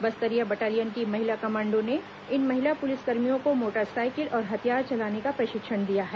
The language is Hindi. बस्तरिया बटालियन की महिला कमांडो ने इन महिला पुलिसकर्मियों को मोटरसाइकिल और हथियार चलाने का प्रशिक्षण दिया है